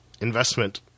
investment